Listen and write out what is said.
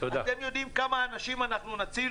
אתם יודעים כמה אנשים אנחנו נציל?